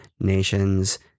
nations